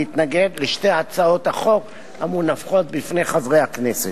להתנגד לשתי הצעות החוק המונחות בפני חברי הכנסת.